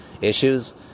issues